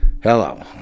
Hello